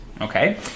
okay